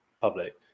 public